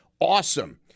awesome